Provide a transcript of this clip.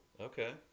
Okay